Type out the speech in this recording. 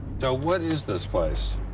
so, what is this place?